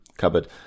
cupboard